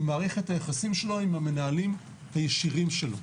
היא מערכת היחסים שלו עם המנהלים הישירים שלו.